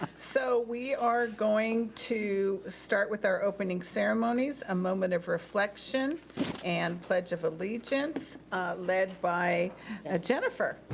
so we are going to start with our opening ceremonies, a moment of reflection and pledge of allegiance led by ah jennifer.